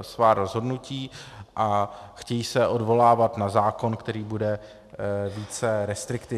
svá rozhodnutí a chtějí se odvolávat na zákon, který bude více restriktivní.